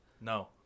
No